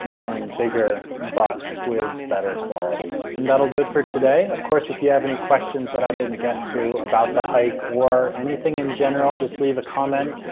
and bigger, but with better quality. and that'll do it for today. of course, if you have any questions that i didn't get to about the hike or anything in general, just leave a comment,